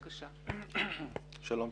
שלום.